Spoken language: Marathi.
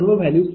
तर A20